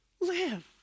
live